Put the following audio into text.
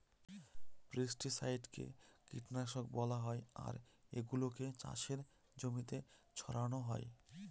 পেস্টিসাইডকে কীটনাশক বলা হয় আর এগুলা চাষের জমিতে ছড়ানো হয়